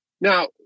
Now